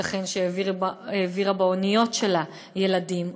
שייתכן שהעבירה באניות שלה ילדים,